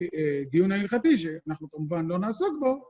‫דיון הלכתי, ‫שאנחנו כמובן לא נעסוק בו.